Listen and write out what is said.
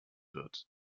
wird